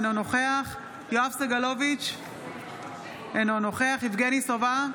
אינו נוכח יואב סגלוביץ' אינו נוכח יבגני סובה,